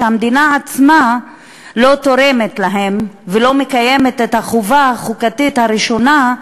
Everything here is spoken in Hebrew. שהמדינה עצמה לא תורמת להם ולא מקיימת את החובה החוקתית הראשונה,